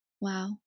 wow